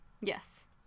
Yes